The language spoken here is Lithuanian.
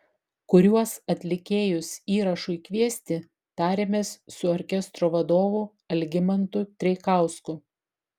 kuriuos atlikėjus įrašui kviesti tarėmės su orkestro vadovu algimantu treikausku